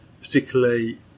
particularly